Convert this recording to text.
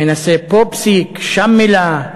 מנסה פה פסיק, שם מילה,